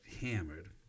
hammered